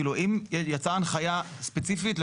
כאילו, אם יצאה הנחיה ספציפית.